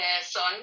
son